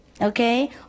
okay